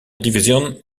division